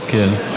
כן.